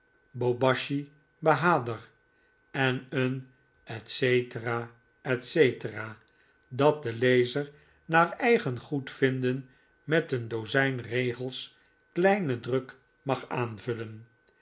bobbachy bahawder en een etc dat de lezer naar eigen goedvinden met een dozijn regels kleinen druk mag aanvullen